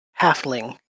halfling